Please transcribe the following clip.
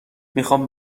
میخوام